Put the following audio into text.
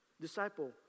Disciple